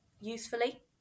usefully